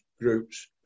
groups